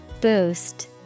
Boost